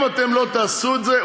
אם אתם לא תעשו את זה,